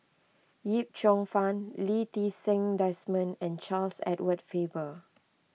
Yip Cheong Fun Lee Ti Seng Desmond and Charles Edward Faber